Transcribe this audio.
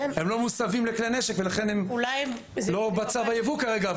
הם לא מוסבים לכלי נשק ולכן הם לא בצו הייבוא כרגע,